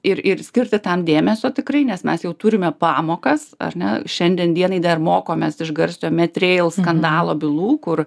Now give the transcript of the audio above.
ir ir skirti tam dėmesio tikrai nes mes jau turime pamokas ar ne šiandien dienai dar mokomės iš garsiojo met rail skandalo bylų kur